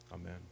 Amen